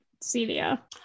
Celia